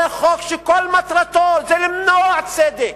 זה חוק שכל מטרתו למנוע צדק.